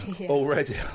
already